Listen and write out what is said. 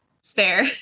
stare